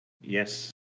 Yes